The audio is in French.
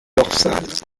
dorsale